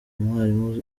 umwarimu